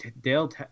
Dale